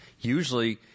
usually